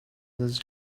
this